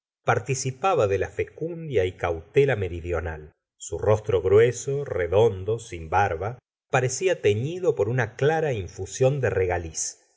participaba de la facundia y cautela meridional su rostro grueso redondo sin barba parecía tenido por una clara infusión de regaliz